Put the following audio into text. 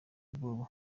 ubwoba